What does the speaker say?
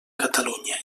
catalunya